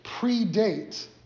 predate